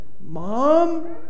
Mom